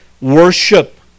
worship